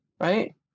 right